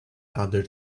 other